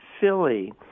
Philly